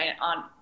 on